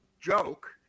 joke